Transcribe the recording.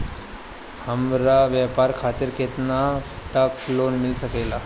हमरा व्यापार खातिर केतना तक लोन मिल सकेला?